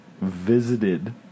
visited